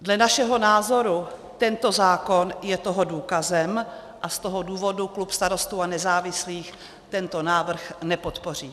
Dle našeho názoru tento zákon je toho důkazem, a z toho důvodu klub Starostů a nezávislých tento návrh nepodpoří.